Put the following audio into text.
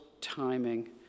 timing